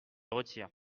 retire